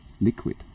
liquid